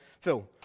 Phil